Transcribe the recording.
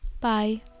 Bye